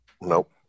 Nope